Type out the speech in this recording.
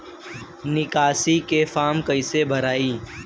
निकासी के फार्म कईसे भराई?